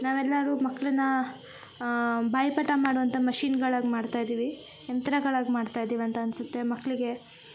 ನಾವೆಲ್ಲರು ಮಕ್ಕಳನ್ನ ಬಾಯಿ ಪಾಠ ಮಾಡುವಂಥ ಮಷಿನ್ಗಳಾಗ ಮಾಡ್ತಯಿದ್ದೀವಿ ಯಂತ್ರಗಳಾಗ ಮಾಡ್ತಯಿದ್ದೀವಿ ಅಂತ ಅನ್ಸುತ್ತೆ ಮಕ್ಕಳಿಗೆ